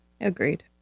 Agreed